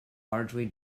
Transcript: largely